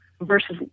versus